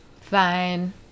fine